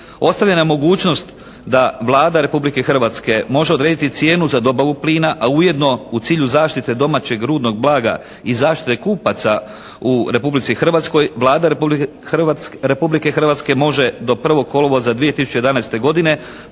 Ostavlja nam mogućnost da Vlada Republike Hrvatske može odrediti cijenu za dobavu plina a ujedno u cilju zaštite domaćeg rudnog blaga i zaštite kupaca u Republici Hrvatskoj Vlada Republike Hrvatske može do 1. kolovoza 2011. godine